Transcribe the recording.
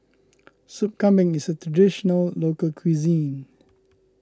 Soup Kambing is a Traditional Local Cuisine